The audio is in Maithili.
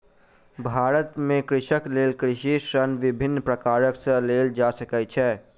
भारत में कृषकक लेल कृषि ऋण विभिन्न प्रकार सॅ लेल जा सकै छै